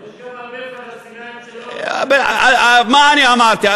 יש גם הרבה פלסטינים שלא, מה אני אמרתי?